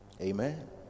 Amen